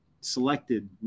selected